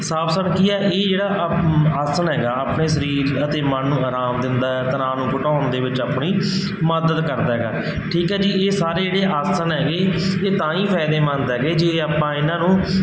ਸਾਵ ਆਸਣ ਕੀ ਹੈ ਇਹ ਜਿਹੜਾ ਆ ਆਸਣ ਹੈਗਾ ਆਪਣੇ ਸਰੀਰ ਅਤੇ ਮਨ ਨੂੰ ਆਰਾਮ ਦਿੰਦਾ ਹੈ ਤਣਾਅ ਨੂੰ ਘਟਾਉਣ ਦੇ ਵਿੱਚ ਆਪਣੀ ਮਦਦ ਕਰਦਾ ਹੈਗਾ ਠੀਕ ਹੈ ਜੀ ਇਹ ਸਾਰੇ ਜਿਹੜੇ ਆਸਣ ਹੈਗੇ ਇਹ ਤਾਂ ਹੀ ਫਾਇਦੇਮੰਦ ਹੈਗੇ ਜੇ ਆਪਾਂ ਇਹਨਾਂ ਨੂੰ